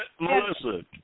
Melissa